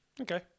Okay